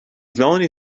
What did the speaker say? melanie